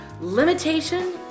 Limitation